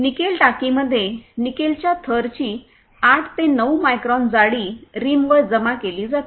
nickel टाकीमध्ये निकेलच्या थरची 8 ते 9 मायक्रॉन जाडी रिमवर जमा केली जाते